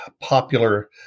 popular